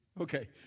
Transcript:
Okay